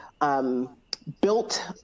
built